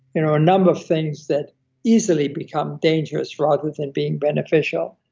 you know a number of things that easily become dangerous rather than being beneficial.